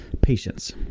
patience